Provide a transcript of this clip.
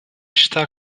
está